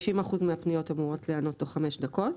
90% מהפניות אמורות להיענות תוך חמש דקות.